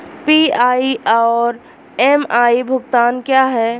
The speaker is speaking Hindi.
पी.आई और एम.आई भुगतान क्या हैं?